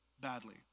badly